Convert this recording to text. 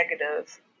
negative